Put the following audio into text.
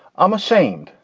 i'm ashamed.